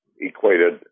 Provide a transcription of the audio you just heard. equated